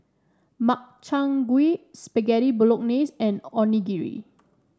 Makchang Gui Spaghetti Bolognese and Onigiri